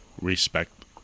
respect